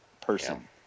person